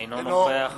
אינו נוכח